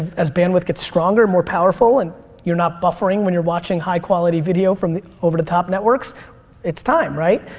as bandwidth gets stronger and more powerful and you're not buffering when you're watching high quality video from the over the top networks it's time, right?